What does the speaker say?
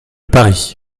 paris